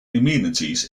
amenities